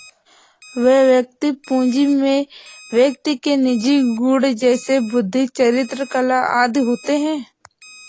वैयक्तिक पूंजी में व्यक्ति के निजी गुण जैसे बुद्धि, चरित्र, कला आदि होते हैं